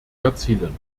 erzielen